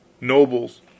nobles